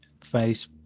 face